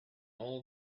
all